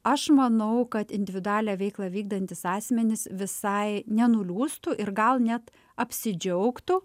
aš manau kad individualią veiklą vykdantys asmenys visai nenuliūstų ir gal net apsidžiaugtų